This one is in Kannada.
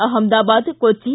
ಅಹಮದಾಬಾದ್ ಕೊಟ್ಟಿ